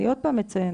אני עוד פעם מציינת,